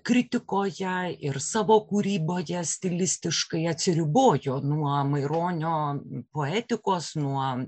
kritikoje ir savo kūryboje stilistiškai atsiribojo nuo maironio poetikos nuo